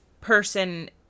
person